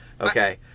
Okay